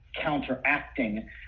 counteracting